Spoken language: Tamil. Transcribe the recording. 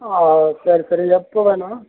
ஆ சரி சரி எப்போது வேணும்